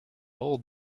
all